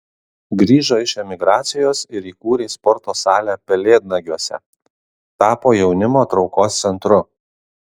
grįžo iš emigracijos ir įkūrė sporto salę pelėdnagiuose tapo jaunimo traukos centru